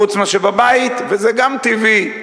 חוץ מאשר בבית, וזה גם טבעי,